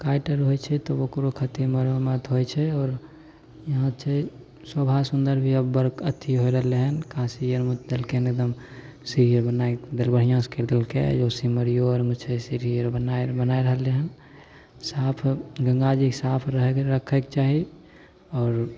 काटि रहय छै तऽ ओकरो खातिर मरम्त होइ छै आओर यहाँ छै शोभा सुन्दर भी बड़ अथी होइ रहलय हन काशी आओरमे देलकय हन एकदम सीढ़ी आओर बनय बढ़िआँ सँ करि देलकय सिमरियो आओरमे छै सीढ़ी बनाय रहलइ हन साफ गंगाजी साफ रहयके रखयके चाही आओर